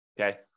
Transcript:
okay